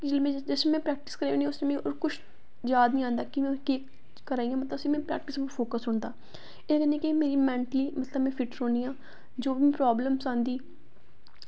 जिसलै में प्रैक्टिस करनी आं में उस टैम याद निं आंदा कि केह् करां मतलब में उस टाईम प्रैक्टिस गी फोक्स निं होंदा एह्दे नै केह् में मैंटली मतलब कि फिट रौह्नी आं जो बी प्रॉब्लम आंदी